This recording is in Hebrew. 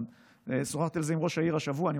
גם שוחחתי על זה עם ראש העיר השבוע.